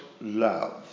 love